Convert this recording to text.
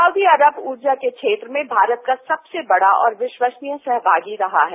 Saudi Arab ऊर्जा के क्षेत्र में भारत का सबसे बड़ा और विश्वसनीय सहभागी रहा है